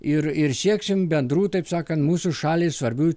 ir ir sieksim bendrų taip sakant mūsų šaliai svarbių